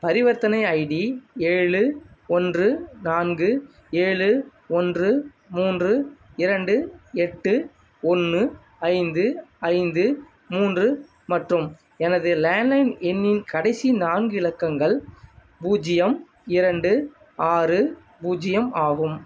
பரிவர்த்தனை ஐடி ஏழு ஒன்று நான்கு ஏழு ஒன்று மூன்று இரண்டு எட்டு ஒன்று ஐந்து ஐந்து மூன்று மற்றும் எனது லேண்ட் லைன் எண்ணின் கடைசி நான்கு இலக்கங்கள் பூஜ்ஜியம் இரண்டு ஆறு பூஜ்ஜியம் ஆகும்